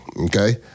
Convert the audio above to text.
okay